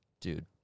Dude